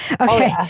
Okay